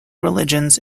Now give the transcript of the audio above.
religions